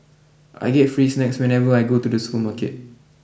I get free snacks whenever I go to the supermarket